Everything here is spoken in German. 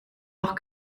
auch